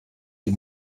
die